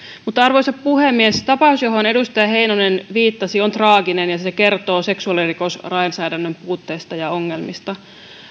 arvoisa puhemies tapaus johon edustaja heinonen viittasi on traaginen ja se kertoo seksuaalirikoslainsäädännön puutteista ja ongelmista